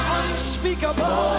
unspeakable